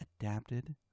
adapted